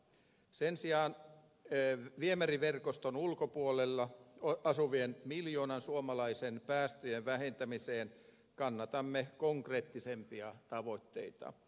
sen sijaan viemäriverkoston ulkopuolella asuvien miljoonan suomalaisen päästöjen vähentämiseksi kannatam me konkreettisempia tavoitteita